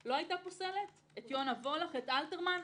לא היתה פוסלת את יונה וולך, את אלתרמן?